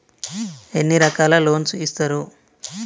ఎన్ని రకాల లోన్స్ ఇస్తరు?